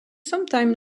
sometime